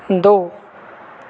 दो